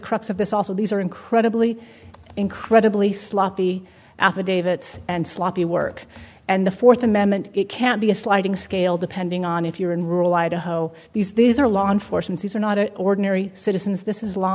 crux of this also these are incredibly incredibly sloppy affidavits and sloppy work and the fourth amendment can't be a sliding scale depending on if you're in rural idaho these are law enforcement these are not an ordinary citizens this is law